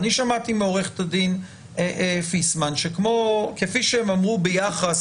אני שמעתי מעורכת הדין פיסמן שכפי שהם אמרו ביחס